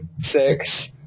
six